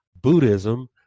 Buddhism